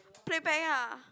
playback ah